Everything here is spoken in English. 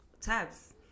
tabs